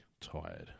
tired